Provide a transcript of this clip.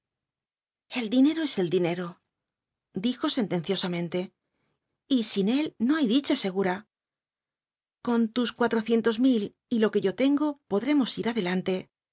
el dinero es el dinero dijo sentenciosamente y sin él no hay dicha segurai con tus cuatrocientos mil y lo que yo tengo podremos ir adelante